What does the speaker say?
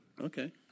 Okay